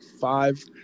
five